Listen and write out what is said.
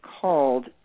called